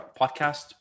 podcast